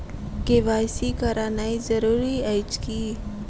KYC करानाइ जरूरी अछि की?